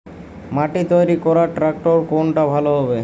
মাটি তৈরি করার ট্রাক্টর কোনটা ভালো হবে?